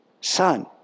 Son